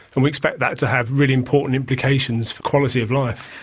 and we expect that to have really important implications for quality of life.